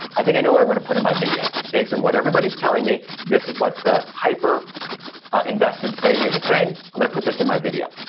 i think i know what i'm going to put in my video. based on and what everybody's telling me, this is what the hyper invested segment is saying. i'm going to put this in my video.